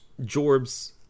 Jorbs